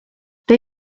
they